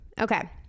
okay